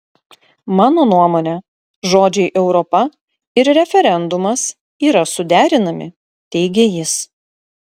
mano nuomone žodžiai europa ir referendumas yra suderinami teigė jis